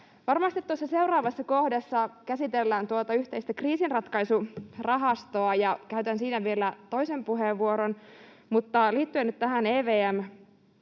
Varmasti tuossa seuraavassa kohdassa käsitellään tuota yhteistä kriisinratkaisurahastoa, ja käytän siinä vielä toisen puheenvuoron. Mutta liittyen nyt EVM-sopimuksiin,